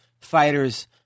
Fighters